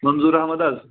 منظوٗر احمد حظ